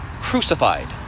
crucified